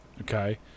Okay